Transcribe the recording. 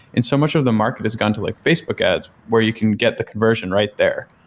and so much of the market has gone to like facebook ads where you can get the conversion right there.